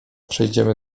przejdziemy